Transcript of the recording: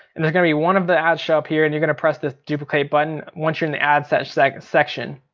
and there's gonna be one of the ads show up here and you're gonna press this duplicate button once you're in the ad set like section.